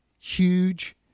huge